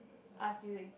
ask you